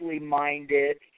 minded